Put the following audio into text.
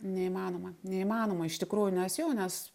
neįmanoma neįmanoma iš tikrųjų nes jo nes